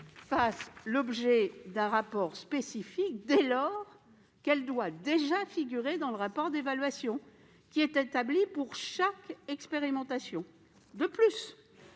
fasse l'objet d'un rapport spécifique, dès lors qu'elle doit déjà figurer dans le rapport d'évaluation établi pour chaque expérimentation. De plus,